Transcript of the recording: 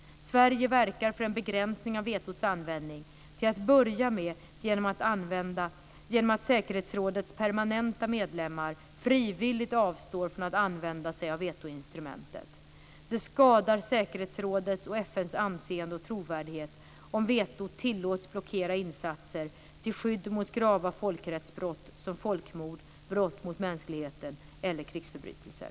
Sverige verkar för en begränsning av vetots användning, till att börja med genom att säkerhetsrådets permanenta medlemmar frivilligt avstår från att använda sig av vetoinstrumentet. Det skadar säkerhetsrådets och FN:s anseende och trovärdighet om vetot tillåts blockera insatser till skydd mot grava folkrättsbrott som folkmord, brott mot mänskligheten eller krigsförbrytelser.